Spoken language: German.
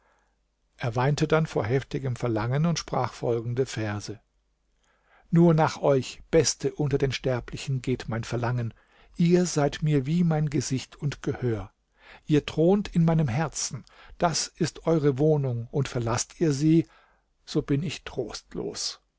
er weinte dann vor heftigem verlangen und sprach folgende verse nur nach euch beste unter den sterblichen geht mein verlangen ihr seid mir wie mein gesicht und gehör ihr thront in meinem herzen das ist eure wohnung und verlaßt ihr sie so bin ich trostlos